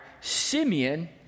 Simeon